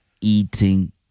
eating